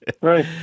Right